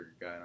guy